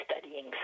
studying